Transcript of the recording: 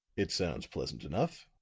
it sounds pleasant enough,